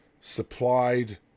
supplied